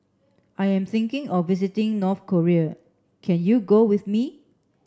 I am thinking of visiting North Korea can you go with me